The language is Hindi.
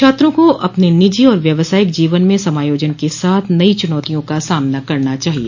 छात्रों को अपने निजी और व्यवसायिक जीवन में समायोजन के साथ नई चुनौतियों का सामना करना चाहिए